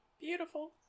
Beautiful